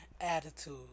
attitude